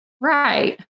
right